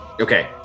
Okay